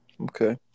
okay